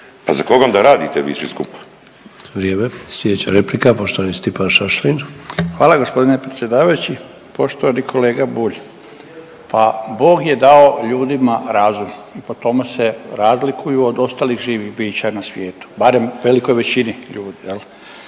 pa za koga onda radite vi svi skupa?